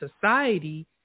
society